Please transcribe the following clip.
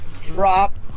drop